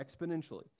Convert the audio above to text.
exponentially